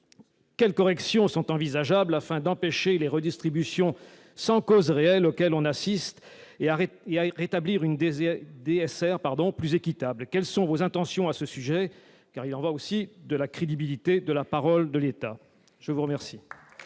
Quelles corrections sont envisageables afin d'empêcher les redistributions sans cause réelle auxquelles on assiste et de rétablir une DSR plus équitable ? Quelles sont les intentions du Gouvernement à ce sujet ? Il y va de la crédibilité de la parole de l'État. La parole